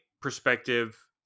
perspective